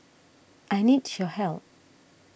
I need your help